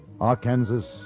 Arkansas